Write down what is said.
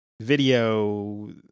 Video